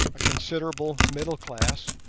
a considerable middle class,